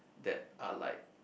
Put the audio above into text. that are like